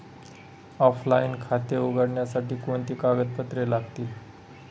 Offline खाते उघडण्यासाठी कोणती कागदपत्रे लागतील?